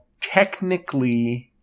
technically